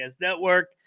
Network